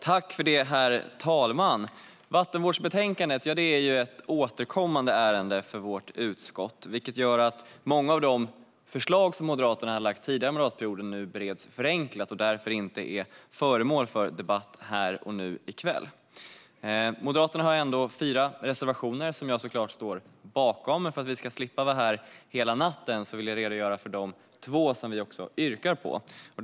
Herr talman! Vattenvårdsbetänkandet är ju ett återkommande motionsbetänkande, vilket gör att många av de förslag som Moderaterna lagt fram tidigare i mandatperioden nu bereds förenklat och därför inte är föremål för debatt i kväll. Moderaterna har fyra reservationer som jag självklart står bakom, men för att vi ska slippa vara här hela natten vill jag bara redogöra för de två som vi yrkar bifall till.